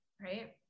right